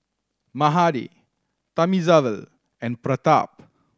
Mahade Thamizhavel and Pratap